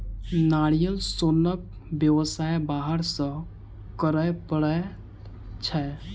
नारियल सोनक व्यवसाय बाहर सॅ करय पड़ैत छै